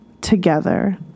together